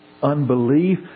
Unbelief